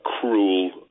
cruel